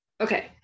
Okay